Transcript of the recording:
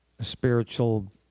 Spiritual